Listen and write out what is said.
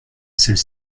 celle